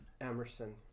Emerson